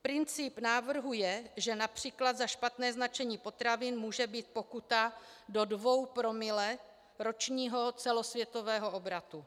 Princip návrhu je, že například za špatné značení potravin může být pokuta do dvou promile ročního celosvětového obratu.